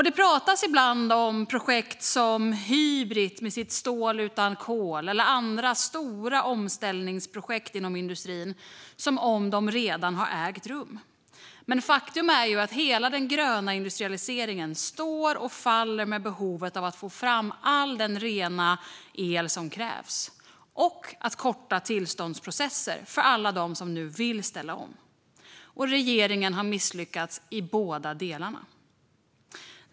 Det pratas ibland om projekt som Hybrit, med sitt stål utan kol, och andra stora omställningsprojekt inom industrin som om de redan hade ägt rum. Men faktum är att hela den gröna industrialiseringen står och faller med behovet av att få fram all den rena el som krävs och av att korta tillståndsprocesserna för alla dem som nu vill ställa om. Regeringen har misslyckats i båda delar.